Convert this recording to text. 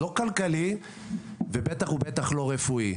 לא כלכלי ובטח ובטח לא רפואי.